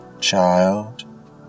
child